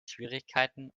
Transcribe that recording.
schwierigkeiten